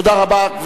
תודה רבה.